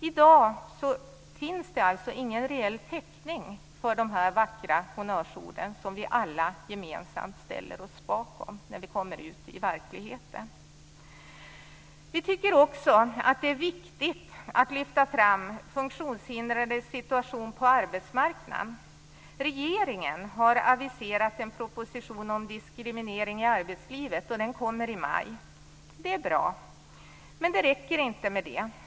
I dag finns det alltså ingen reell täckning för de vackra honnörsord som vi alla gemensamt ställer oss bakom när man kommer ut till verkligheten. Vi tycker också att det är viktigt att lyfta fram funktionshindrades situation på arbetsmarknaden. Regeringen har aviserat en proposition om diskriminering i arbetslivet, och den kommer i maj. Det är bra, men det räcker inte med det.